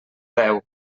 deu